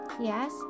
Yes